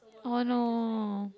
oh no